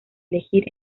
elegir